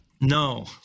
No